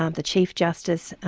um the chief justice,